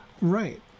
Right